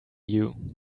you